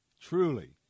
Truly